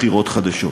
חדשות.